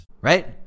Right